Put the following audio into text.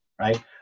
right